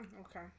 Okay